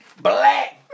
black